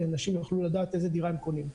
שאנשים יוכלו לדעת איזו דירה הם קונים,